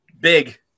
big